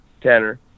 Tanner